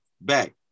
back